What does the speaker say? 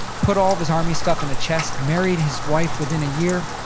put all of his army stuff in a chest, married his wife within a year,